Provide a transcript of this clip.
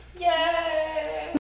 Yay